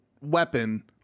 weapon